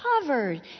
covered